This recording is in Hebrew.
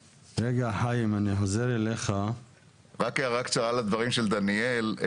אפשר הערה קצרה רק לדברים של דניאל.